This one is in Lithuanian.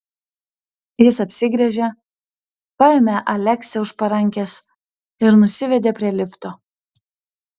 jis apsigręžė paėmė aleksę už parankės ir nusivedė prie lifto